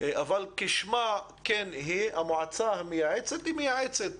אבל כשמה כן היא: המועצה המייעצת היא מייעצת.